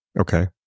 Okay